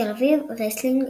תל אביב רסלינג,